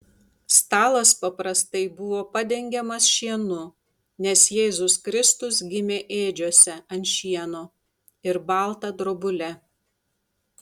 stalas paprastai buvo padengiamas šienu nes jėzus kristus gimė ėdžiose ant šieno ir balta drobule